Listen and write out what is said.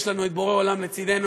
יש לנו את בורא עולם לצדנו.